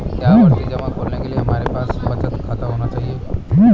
क्या आवर्ती जमा खोलने के लिए हमारे पास बचत खाता होना चाहिए?